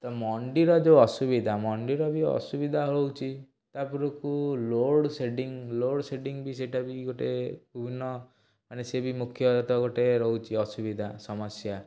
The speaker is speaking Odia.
ମଣ୍ଡିର ଯେଉଁ ଅସୁବିଦା ମଣ୍ଡିର ବି ଅସୁବିଧା ହେଉଛି ତାପରକୁ ଲୋଡ଼ ସେଡ଼ିଙ୍ଗ ଲୋଡ଼ ସେଡ଼ିଙ୍ଗ ବି ସେଟ ବି ଗୋଟେ ବିଭିନ୍ନ ମାନେ ସିଏ ବି ମୁଖ୍ୟତଃ ଗୋଟେ ରହୁଛି ଅସୁବିଧା ସମସ୍ୟା